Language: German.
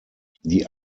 die